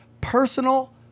personal